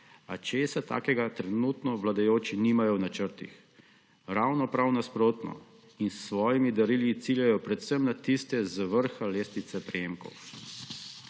A česa takega trenutno vladajoči nimajo v načrtih, ravno prav nasprotno, in s svojimi darili ciljajo predvsem na tiste z vrha lestvice prejemkov.